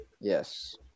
Yes